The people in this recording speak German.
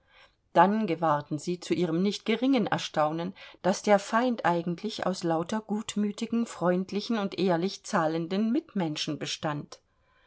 dann gewahrten sie zu ihrem nicht geringen erstaunen daß der feind eigentlich aus lauter gutmütigen freundlichen und ehrlich zahlenden mitmenschen bestand